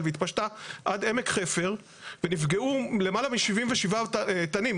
והתפשטה עד עמק חפר ונפגעו למעלה מ-77 תנים.